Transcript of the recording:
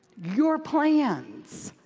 your plans